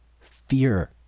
fear